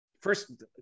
first